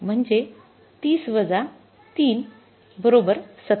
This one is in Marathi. म्हणजे ३० ३ २७